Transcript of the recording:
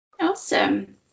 awesome